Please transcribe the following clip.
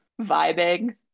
vibing